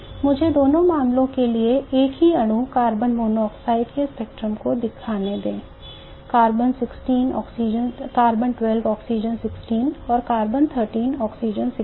मुझे दोनों मामलों के लिए एक ही अणु कार्बन मोनोऑक्साइड के स्पेक्ट्रम को दिखाने दें C12 O16 और C13 O16